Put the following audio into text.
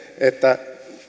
että